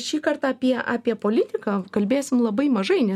šį kartą apie apie politiką kalbėsim labai mažai nes